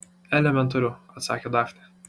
elementaru atsakė dafnė